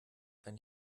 kann